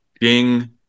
Ding